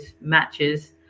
matches